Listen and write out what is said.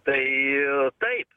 tai taip